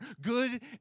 good